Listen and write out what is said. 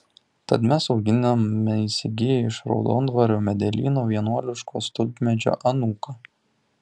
tad mes auginame įsigiję iš raudondvario medelyno veliuoniškio tulpmedžio anūką